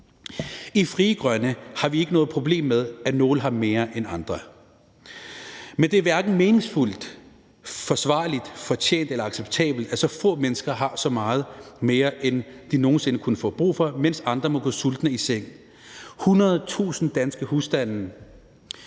I Frie Grønne har vi ikke noget problem med, at nogle har mere end andre, men det er hverken meningsfuldt, forsvarligt, fortjent eller acceptabelt, at så få mennesker har så meget mere, end de nogen sinde kunne få brug for, mens andre må gå sultne i seng. 100.000 danske husstande